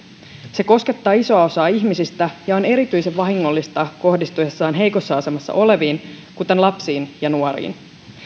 se koskettaa isoa osaa ihmisistä ja on erityisen vahingollista kohdistuessaan heikossa asemassa oleviin kuten lapsiin ja nuoriin